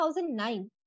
2009